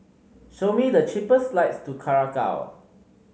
show me the cheapest flights to Curacao